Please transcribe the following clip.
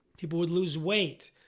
people would lose weight,